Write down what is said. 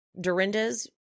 Dorinda's